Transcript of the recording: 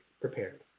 prepared